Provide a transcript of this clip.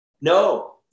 No